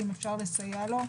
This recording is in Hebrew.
ואם אפשר לסייע לו.